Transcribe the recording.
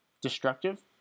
destructive